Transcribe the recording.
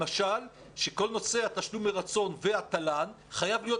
למשל שכל נושא התשלום מרצון והתל"ן חייב להיות